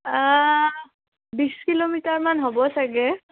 বিছ কিলোমিটাৰমান হ'ব চাগে